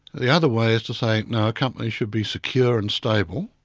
the other way is to say no, a company should be secure and stable,